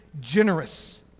generous